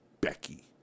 Becky